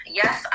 yes